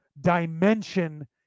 Dimension